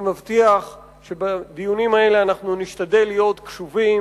אני מבטיח שבדיונים האלה אנחנו נשתדל להיות קשובים.